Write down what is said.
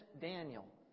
Daniel